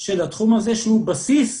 של התחום הזה שהוא בסיס